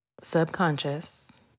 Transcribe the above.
subconscious